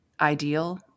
ideal